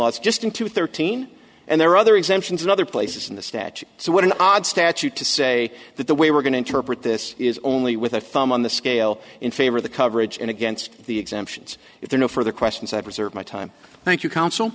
laws just into thirteen and there are other exemptions in other places in the statute so what an odd statute to say that the way we're going to interpret this is only with a thumb on the scale in favor of the coverage and against the exemptions if there no further questions i reserve my time thank you counsel